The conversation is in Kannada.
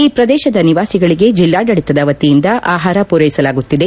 ಈ ಪ್ರದೇಶದ ನಿವಾಸಿಗಳಿಗೆ ಜಿಲ್ಲಾಡಳಿತ ವತಿಯಿಂದ ಆಹಾರ ಪೂರೈಸಲಾಗುತ್ತಿದೆ